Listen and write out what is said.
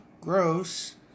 gross